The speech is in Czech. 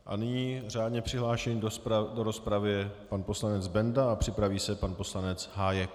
A nyní řádně přihlášený do rozpravy je pan poslanec Benda a připraví se pan poslanec Hájek.